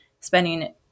spending